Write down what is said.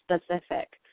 specific